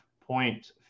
point